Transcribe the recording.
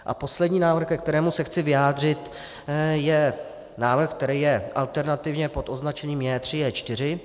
A poslední návrh, ke kterému se chci vyjádřit, je návrh, který je alternativně pod označením J3, J4.